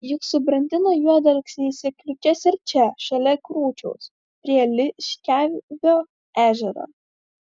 juk subrandino juodalksniai sėkliukes ir čia šalia krūčiaus prie liškiavio ežero